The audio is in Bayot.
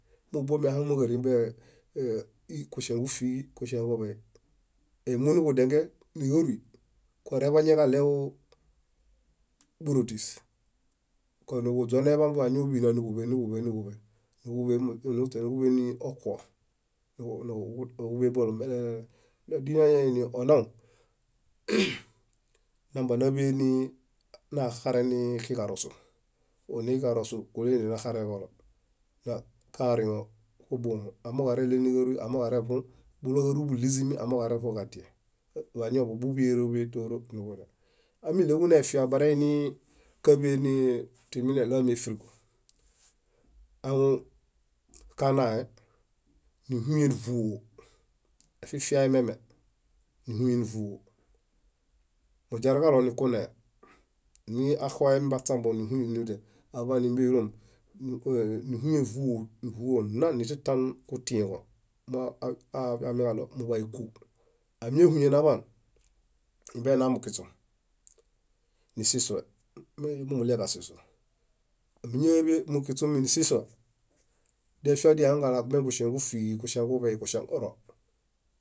Mimupuomi ahaŋumo ġáriin bokuŝeŋ ġúfiġi kuŝeŋ kuḃei. Moniġudiangen níġarui kooreḃaŋen kaɭew bórotis koniġuźoneḃan biḃañõn bíḃi níġuḃe. muśe niġuḃeniokuoh níġuḃeḃolo melele nadili nañanionau náḃe nikiġarosu, moniġarosu óleli naxarenkolo. Nakaoriŋo hóboho amooġo aerelee níġarui amooġo aerevũ míbulo kárui buɭiźimi, amooġo aerevũ kadie baõḃo buḃiele tóro. amiɭeġu nefia bareini káḃeni timineɭoyami éfiriġo, ahaŋun kanaen, níhuyen vúo, efifiae miame, níhuyen vúo. Muźiarukalo nikunee. miaxomi baśambo, níhuyen vúo, vúo ɭã nitataan kutĩġo moafiamikalo muḃayu kú. Amiñahuyen aḃaan nimbiena mukiśu, nisisue monimuɭie kasisu. amiñaḃe mimukiśumi nisisue, defiasi ehaŋuġala beġuna ġúfiġi, kuḃei kunaoro